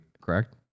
correct